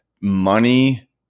money